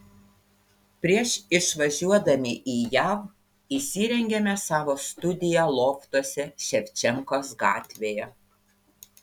prieš išvažiuodami į jav įsirengėme savo studiją loftuose ševčenkos gatvėje